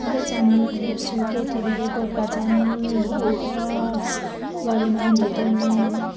सबै च्यानलहरू हेर्छु KTV Gorkha channel vlogs Garima entertainment